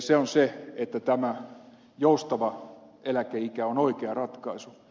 se on se että tämä joustava eläkeikä on oikea ratkaisu